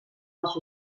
els